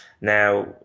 Now